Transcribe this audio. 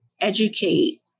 educate